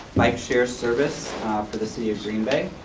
bike share service for the city of green bay.